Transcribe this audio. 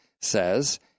says